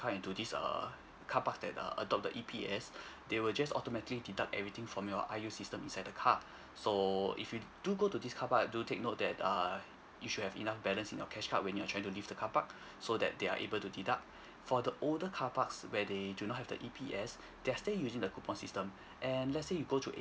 car into this err car parks that err adopt the E_P_S they will just automatically deduct everything from your I_U system inside the car so if you do go at these car parks do take note that err you should have enough balance in your cash card when you try to leave the car park so that they are able to deduct for the older car parks where they do not have the E_P_S they are stay using the coupon system and let's say you go to